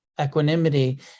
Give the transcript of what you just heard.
equanimity